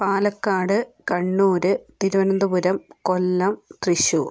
Palakkad Kannur Thiruvananthapuram Kollam Thrissur